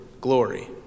glory